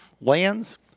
lands